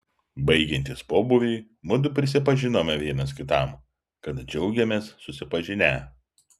baigiantis pobūviui mudu prisipažinome vienas kitam kad džiaugėmės susipažinę